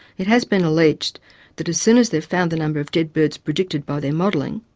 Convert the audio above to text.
it has been alleged that as soon as they've found the number of dead birds predicted by their modelling,